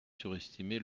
surestimé